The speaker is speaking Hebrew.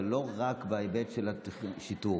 זה לא רק בהיבט של השיטור,